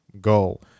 goal